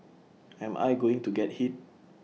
am I going to get hit